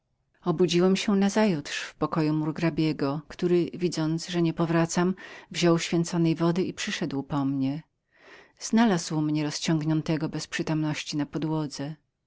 obudziłem się nazajutrz w pokoju murgrabiego który widząc że nie powracam wziął święconej wody i przyszedł po mnie znalazł mnie rozciągniętego bez przytomności na podłodze